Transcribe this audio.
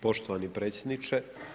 Poštovani predsjedniče.